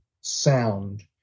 sound